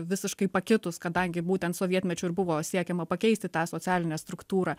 visiškai pakitus kadangi būtent sovietmečiu ir buvo siekiama pakeisti tą socialinę struktūrą